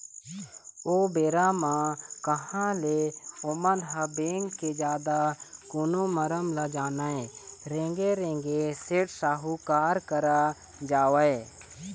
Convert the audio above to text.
ओ बेरा म कहाँ ले ओमन ह बेंक के जादा कोनो मरम ल जानय रेंगे रेंगे सेठ साहूकार करा जावय